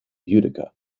utica